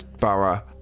Borough